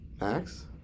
Max